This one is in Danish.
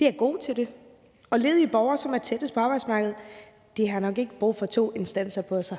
De er gode til det, og de ledige borgere, som er tættest på arbejdsmarkedet, har nok ikke brug for to instanser,